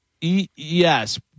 Yes